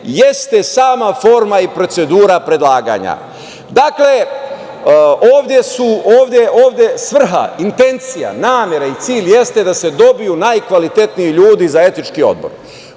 jeste sama forma i procedura predlaganja. Dakle, ovde je svrha, intencija, namera i cilj da se dobiju najkvalitetniji ljudi za etički odbor